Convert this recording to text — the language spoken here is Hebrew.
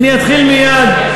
אני אתחיל מייד,